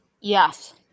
Yes